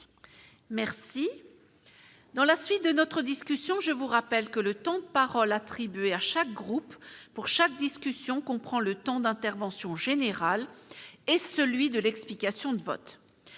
Merci. Dans la suite de notre discussion, je vous rappelle que le temps de parole attribués à chaque groupe pour chaque discussion qu'on prend le temps d'intervention général et celui de l'explication de vote